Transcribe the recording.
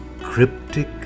cryptic